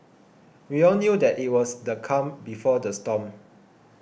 we all knew that it was the calm before the storm